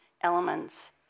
elements